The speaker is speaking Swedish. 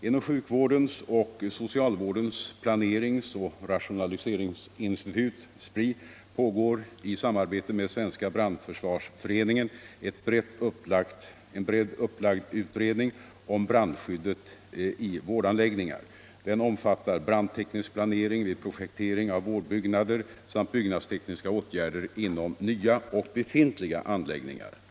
Inom sjukvårdens och socialvårdens planeringsoch rationaliseringsinstitut pågår i samarbete med Svenska brandförsvarsföreningen en brett upplagd utredning om brandskyddet i vårdanläggningar. Den omfattar brandteknisk planering vid projektering av vårdbyggnader samt byggnadstekniska åtgärder inom nya och befintliga anläggningar.